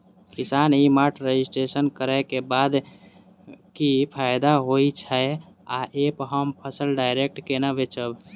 किसान e mart registration करै केँ बाद की फायदा होइ छै आ ऐप हम फसल डायरेक्ट केना बेचब?